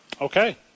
Okay